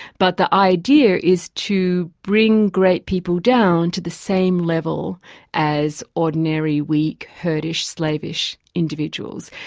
but the idea is to bring great people down to the same level as ordinary, weak, herdish, slavish individuals.